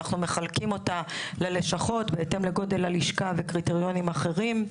ואנחנו מחלקים אותה ללשכות בהתאם לגודל הלשכה וקריטריונים אחרים.